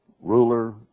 Ruler